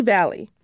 Valley